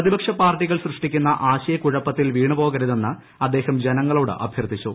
പ്രതിപക്ഷ പാർട്ടികൾ സൃഷ്ടിക്കുന്ന ആശയക്കുഴപ്പത്തിൽ വീണുപോകരുതെന്ന് അദ്ദേഹ്ം ജനങ്ങളോട് അഭ്യർത്ഥിച്ചു